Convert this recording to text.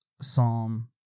psalm